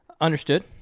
Understood